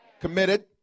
committed